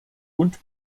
und